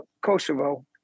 Kosovo